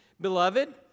Beloved